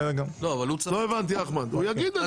המליאה הייתה